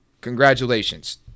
Congratulations